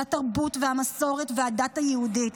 על התרבות והמסורת והדת היהודית,